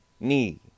Need